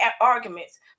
arguments